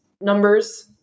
numbers